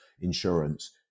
insurance